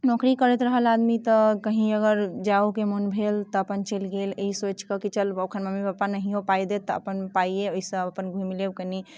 नौकरी करैत रहल आदमी तऽ कहीं अगर जायओ के मोन भेल तऽ अपन चलि गेल ई सोचि कऽ कि चल अखन मम्मी पपा नहियो पाइ देत तऽ अपन पाइ अछि तऽ ओहिसँ अपन घुमि लेब कनि